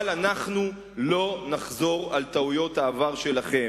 אבל אנחנו לא נחזור על טעויות העבר שלכם,